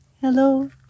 Hello